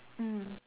mm